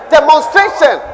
Demonstration